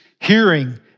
hearing